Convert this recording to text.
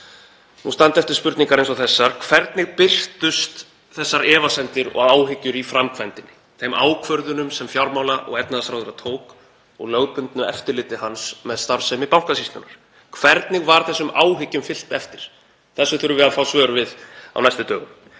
Nú standa eftir spurningar eins og þessar: Hvernig birtust þessar efasemdir og áhyggjur í framkvæmdinni, þeim ákvörðunum sem fjármála- og efnahagsráðherra tók og lögbundnu eftirliti hans með starfsemi Bankasýslunnar? Hvernig var þessum áhyggjum fylgt eftir? Þessu þurfum við að fá svör við á næstu dögum.